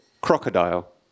crocodile